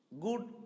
good